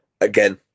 Again